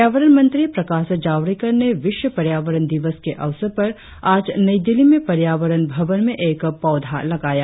पर्यावरण मंत्री प्रकाश जावड़ेकर ने विश्व पर्यावरण दिवस के अवसर पर आज नई दिल्ली में पर्यावरण भवन में एक पौधा लगाया